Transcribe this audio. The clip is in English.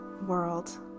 world